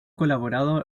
colaborado